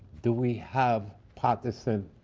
do we have partisan